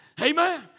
Amen